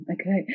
Okay